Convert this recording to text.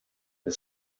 the